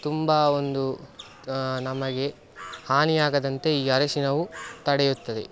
ತುಂಬ ಒಂದು ನಮಗೆ ಹಾನಿಯಾಗದಂತೆ ಈ ಅರಿಶಿಣವು ತಡೆಯುತ್ತದೆ